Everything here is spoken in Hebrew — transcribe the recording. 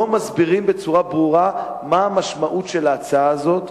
לא מסבירים בצורה ברורה מה המשמעות של ההצעה הזאת.